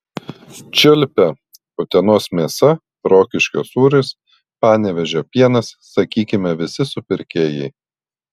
čiulpia utenos mėsa rokiškio sūris panevėžio pienas sakykime visi supirkėjai